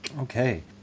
Okay